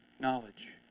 knowledge